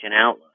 Outlook